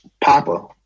Papa